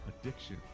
addiction